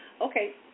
Okay